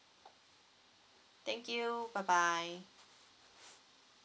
thank you bye bye